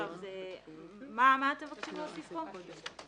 מה אתם מבקשים להוסיף פה?